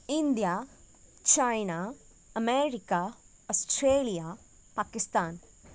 India China America Australia Pakistan